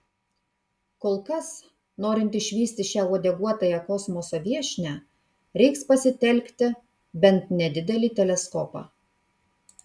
kol kas norint išvysti šią uodeguotąją kosmoso viešnią reiks pasitelkti bent nedidelį teleskopą